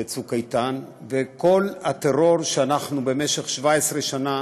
ו"צוק איתן" וכל הטרור שאנחנו במשך 17 שנה